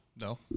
no